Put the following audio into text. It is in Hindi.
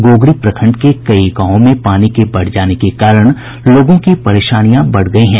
गोगरी प्रखंड के कई गांवों में पानी के बढ़ जाने के कारण लोगों की परेशानियां बढ़ गयी है